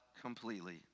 completely